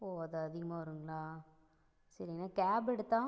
ஓ அது அதிகமாக வருங்களா சரிங்கண்ணா கேப் எடுத்தால்